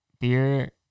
beer